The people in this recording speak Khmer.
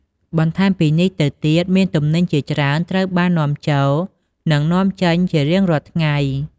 បន្ថែមពីនេះទៅទៀតមានទំនិញជាច្រើនត្រូវបាន នាំចូល និងនាំចេញ ជារៀងរាល់ថ្ងៃ។